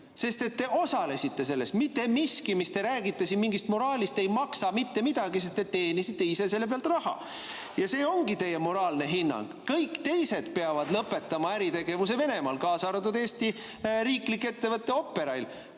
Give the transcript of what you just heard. Te osalesite selles! Mitte miski, mis te räägite siin mingist moraalist, ei maksa mitte midagi, sest te teenisite ise selle pealt raha. Ja see ongi teie moraalne hinnang. Kõik teised peavad lõpetama äritegevuse Venemaal, kaasa arvatud Eesti riiklik ettevõte Operail,